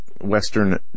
Western